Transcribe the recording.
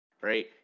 Right